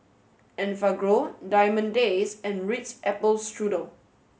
Enfagrow Diamond Days and Ritz Apple Strudel